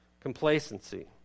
Complacency